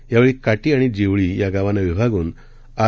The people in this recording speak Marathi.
यावेळी काटी आणि जेवळी या गावांना विभागून आर